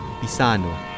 Pisano